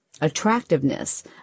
attractiveness